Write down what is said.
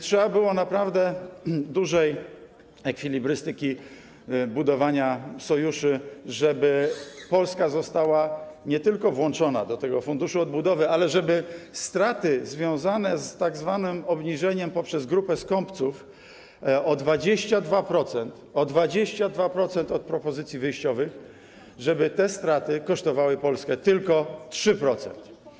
Trzeba było naprawdę dużej ekwilibrystyki, budowania sojuszy, żeby Polska nie tylko została włączona do tego funduszu odbudowy, ale żeby straty związane z tzw. obniżeniem przez grupę skąpców o 22%, o 22% od propozycji wyjściowych, kosztowały Polskę tylko 3%.